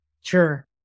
Sure